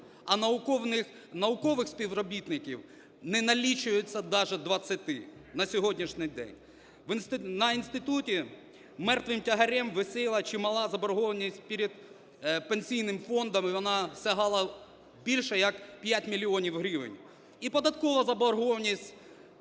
а наукових співробітників не налічується даже 20 на сьогоднішній день. На інституті мертвим тягарем висіла чимала заборгованість перед Пенсійним фондом, і вона сягала більше як 5 мільйонів гривень і податкова заборгованість